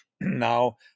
Now